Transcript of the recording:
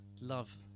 Love